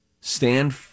stand